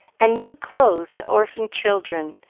and new clothes to orphan children,